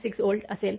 6 volt असेल